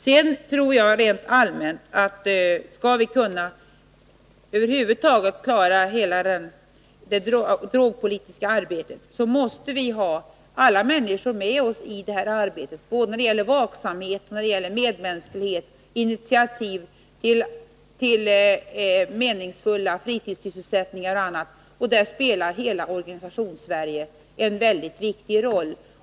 Sedan tror jag rent allmänt att vi, om vi över huvud taget skall klara hela det drogpolitiska arbetet, måste ha alla människor med oss i det arbetet — både när det gäller vaksamhet, medmänsklighet, initiativ till meningsfulla fritidssysselsättningar och annat, och där spelar hela Organisationssverige en mycket viktig roll.